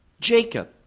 Jacob